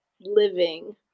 living